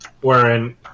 Wherein